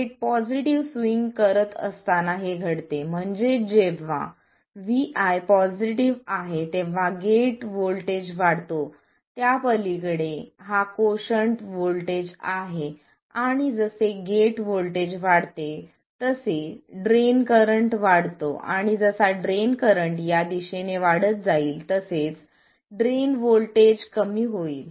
gate positive swing करत असताना हे घडते म्हणजेच जेव्हा vi पॉझिटिव्ह आहे तेव्हा गेट व्होल्टेज वाढतो त्यापलीकडे हा कोशंट व्होल्टेज आहे आणि जसे गेट व्होल्टेज वाढते तसे ड्रेन करंट वाढतो आणि जसा ड्रेन करंट या दिशेने वाढत जाईल तसेच ड्रेन व्होल्टेज कमी होईल